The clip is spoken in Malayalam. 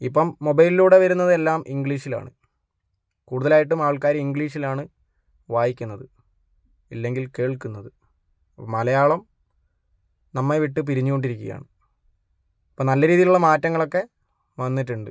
ഇപ്പം മൊബൈലിലൂടെ വരുന്നതെല്ലാം ഇംഗ്ലീഷിലാണ് കുടൂതലായിട്ടും ആള്ക്കാർ ഇംഗ്ലീഷിലാണ് വായിക്കുന്നത് ഇല്ലെങ്കില് കേള്ക്കുന്നത് അപ്പം മലയാളം നമ്മളെ വിട്ടു പിരിഞ്ഞു കൊണ്ടിരിക്കുകയാണ് അപ്പം നല്ല രീതിയിലുള്ള മാറ്റങ്ങളൊക്കെ വന്നിട്ടുണ്ട്